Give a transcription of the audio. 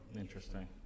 interesting